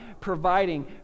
providing